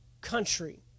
country